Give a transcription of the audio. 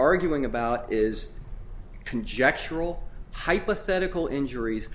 arguing about is conjectural hypothetical injuries